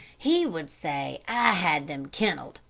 he would say i had them kennelled,